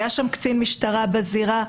היה שם קצין משטרה בזירה.